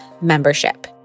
membership